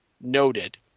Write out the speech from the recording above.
noted